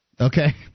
Okay